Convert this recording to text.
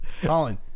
Colin